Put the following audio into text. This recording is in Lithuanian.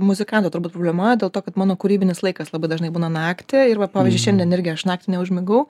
muzikanto turbūt problema dėl to kad mano kūrybinis laikas labai dažnai būna naktį ir vat pavyzdžiui šiandien irgi aš naktį neužmigau